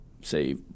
say